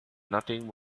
nothing